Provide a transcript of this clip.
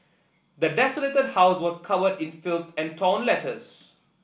the desolated house was covered in filth and torn letters